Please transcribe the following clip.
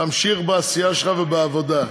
תמשיך בעשייה ובעבודה שלך.